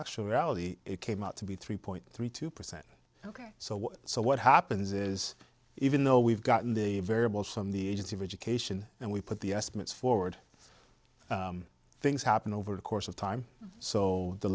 reality it came out to be three point three two percent ok so so what happens is even though we've gotten the variables from the agency of education and we put the estimates forward things happen over the course of time so the